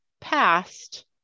past